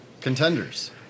Contenders